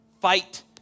Fight